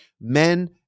Men